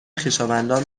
خویشاوندان